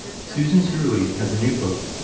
susan cerulean has a new book.